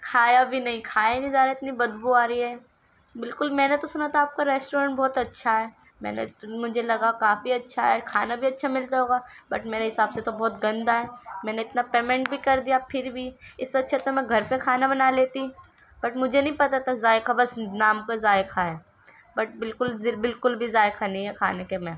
کھایا بھی نہیں کھایا ہی نہیں جار ہا ہے اتنی بدبو آ رہی ہے بالکل میں نے تو سنا تھا آپ کا ریسٹورینٹ بہت اچھا ہے میں نے مجھے لگا کافی اچھا ہے کھانا بھی اچھا ملتا ہوگا بٹ میرے حساب سے تو بہت گندہ ہے میں نے اتنا پیمینٹ بھی کر دیا پھر بھی اس سے اچھا تو میں گھر پر کھانا بنا لیتی بٹ مجھے نہیں پتہ تھا کہ ذائقہ بس نام پہ ذائقہ ہے بٹ بالکل بالکل بھی ذائقہ نہیں ہے کھانے کے میں